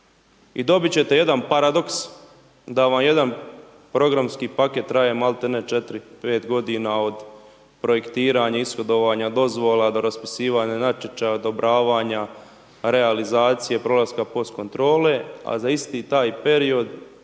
I dobit će te jedan paradoks, da vam jedan programski paket traje maltene četiri, pet godina od projektiranja, ishodovanja dozvola, do raspisivanja natječaja, odobravanja, realizacije programska post kontrole, a za isti taj period